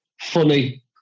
funny